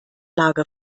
lage